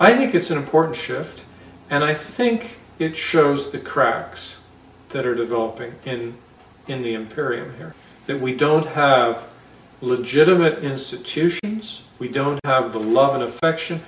i think it's an important shift and i think it shows the cracks that are developing in in the imperial here that we don't have legitimate institutions we don't have the love and affection